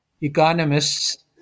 economists